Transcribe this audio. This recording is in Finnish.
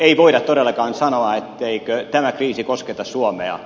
ei voida todellakaan sanoa etteikö tämä kriisi kosketa suomea